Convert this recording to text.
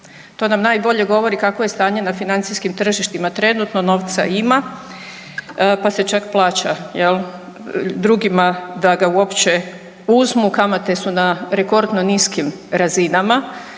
To nam najbolje govori kakvo je stanje na financijskim tržištima trenutno, novca ima pa se čak plaća drugima da ga uopće uzmu, kamate su na rekordno niskim razinama